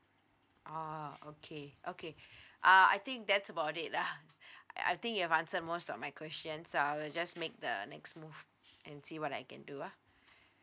oh okay okay uh I think that's about it lah uh I think you've answered most of my questions I'll just make the next move and see what I can do ah